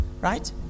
right